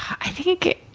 i think,